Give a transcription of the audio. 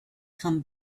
come